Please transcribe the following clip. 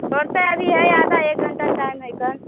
छोड़ते अभी है आधा एक घंटा टाइम हय एखन